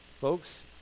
folks